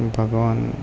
ભગવાન